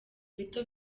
bito